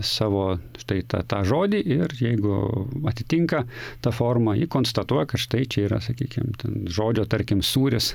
savo štai tą tą žodį ir jeigu atitinka ta forma ji konstatuoja kad štai čia yra sakykim ten žodžio tarkim sūris